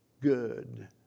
good